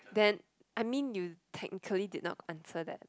then I mean you technically did not answer that